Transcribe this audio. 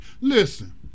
Listen